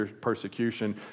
persecution